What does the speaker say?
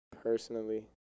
Personally